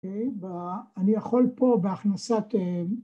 אוקיי? ואני יכול פה בהכנסת...